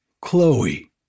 Chloe